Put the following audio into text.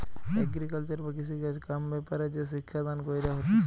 agriculture বা কৃষিকাজ কাম ব্যাপারে যে শিক্ষা দান কইরা হতিছে